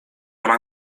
ona